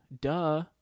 duh